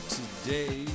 today